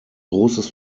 großes